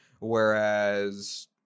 whereas